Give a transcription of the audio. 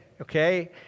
okay